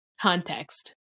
context